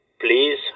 Please